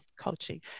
coaching